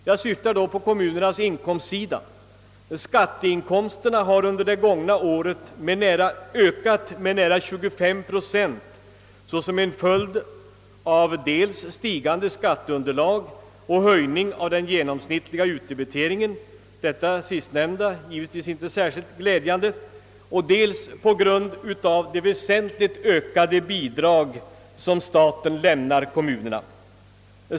Jag syftar då på kommunernas inkomstsida. Skatteinkomsterna har under det gångna året ökat med nära 25 procent såsom en följd av dels stigande skatteunderlag och höjning av den genomsnittliga utdebiteringen — det sistnämnda givetvis inte särskilt glädjande! — dels de väsentligt ökade bidrag som staten lämnar kommunerna.